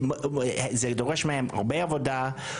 זה דורש מהם הרבה עבודה,